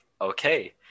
Okay